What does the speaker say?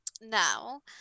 Now